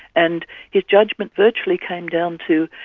and his judgment virtually came down to,